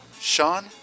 Sean